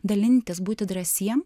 dalintis būti drąsiem